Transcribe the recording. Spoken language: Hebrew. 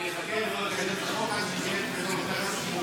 אני אחכה ולא אתקן את החוק עד שנתקן את התקנות,